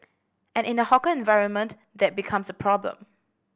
and in the hawker environment that becomes a problem